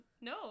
No